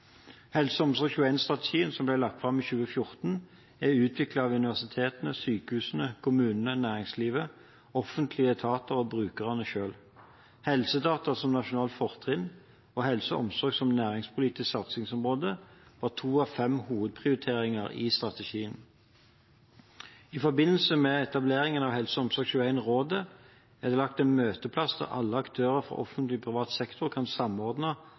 som ble lagt fram i 2014, er utviklet av universitetene, sykehusene, kommunene, næringslivet, offentlige etater og brukerne selv. Helsedata som nasjonalt fortrinn og helse og omsorg som næringspolitisk satsingsområde var to av fem hovedprioriteringer i strategien. I forbindelse med etableringen av HelseOmsorg21-rådet er det laget en møteplass der alle aktører fra offentlig og privat sektor kan samordne